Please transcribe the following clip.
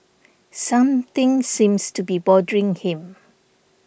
something seems to be bothering him